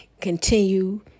continue